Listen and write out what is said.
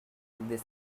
this